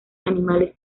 animales